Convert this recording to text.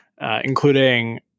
including